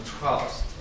trust